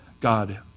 God